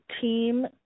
team